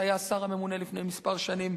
שהיה השר הממונה לפני כמה שנים,